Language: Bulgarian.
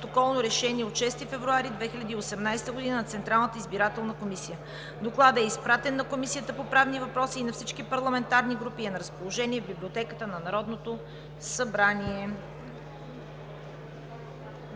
Протоколно решение от 6 февруари 2018 г. на Централната избирателна комисия. Докладът е изпратен на Комисията по правни въпроси и на всички парламентарни групи и е на разположение в Библиотеката на Народното събрание.